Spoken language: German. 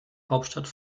hauptstadt